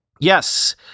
Yes